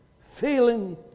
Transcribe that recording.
feeling